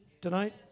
tonight